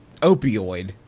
opioid